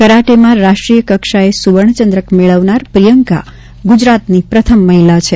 કરાટેમાં રાષ્ટ્રીય કક્ષાએ સુવર્ણ ચંદ્રક મેળવનાર પ્રિયંકા ગુજરાતની પ્રથમ મહિલા છે